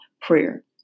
prayer